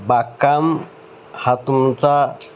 बागकाम हा तुमचा